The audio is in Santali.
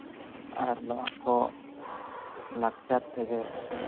ᱟᱨ ᱱᱚᱣᱟ ᱠᱚ ᱞᱟᱠᱪᱟᱨ ᱛᱮᱜᱮ